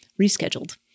rescheduled